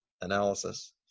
analysis